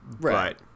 Right